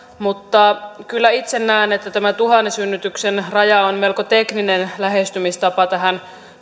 mutta kyllä itse näen että tämä tuhannen synnytyksen raja on melko tekninen lähestymismistapa tähän